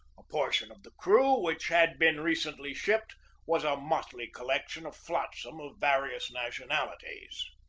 a portion of the crew which had been recently shipped was a motley collection of flotsam of various nation alities.